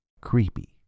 creepy